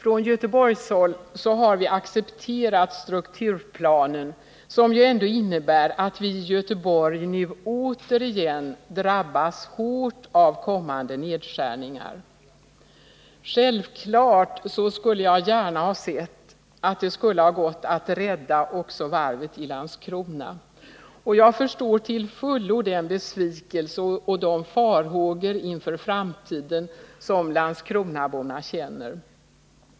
Från Göteborgshåll har vi accepterat strukturplanen, som ändå innebär att vi i Göteborg nu återigen drabbas hårt av kommande nedskärningar. Självfallet skulle jag gärna ha sett att det hade gått att rädda också varvet i Landskrona. Jag förstår till fullo den besvikelse och de farhågor inför framtiden som landskronaborna känner.